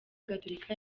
gatolika